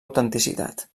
autenticitat